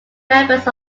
members